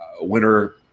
winner